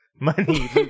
Money